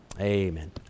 amen